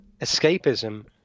escapism